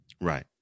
Right